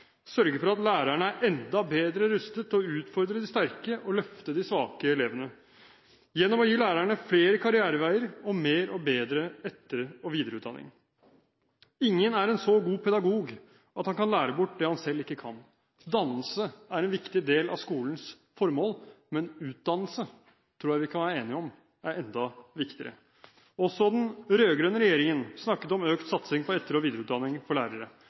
sørge for at lærerne er enda bedre rustet til å utfordre de sterke og løfte de svake elevene gjennom å gi lærerne flere karriereveier og mer og bedre etter- og videreutdanning. Ingen er en så god pedagog at han kan lære bort det han selv ikke kan. Dannelse er en viktig del av skolens formål, men utdannelse – det tror jeg vi kan være enige om – er enda viktigere. Også den rød-grønne regjeringen snakket om økt satsing på etter- og videreutdanning for lærere,